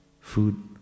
food